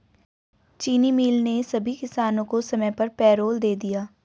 चीनी मिल ने सभी किसानों को समय पर पैरोल दे दिया